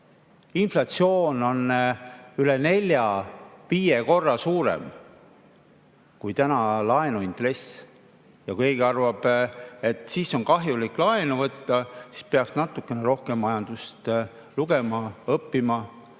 Inflatsioon on üle nelja-viie korra suurem kui täna laenuintress. Ja kui keegi arvab, et siis on kahjulik laenu võtta, siis peaks natukene rohkem majanduse kohta lugema, õppima